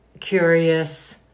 curious